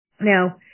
Now